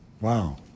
Wow